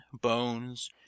bones